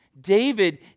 David